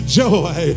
joy